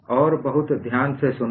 और बहुत ध्यान से सुनो